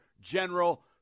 General